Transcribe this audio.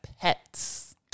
pets